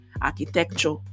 architecture